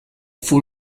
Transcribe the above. full